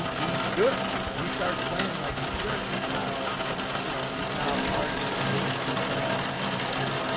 he's good he starts playing like he should and he's not all you know, he's not out partying and doing dumb crap hey,